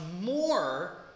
more